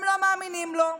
הם לא מאמינים לו,